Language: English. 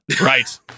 Right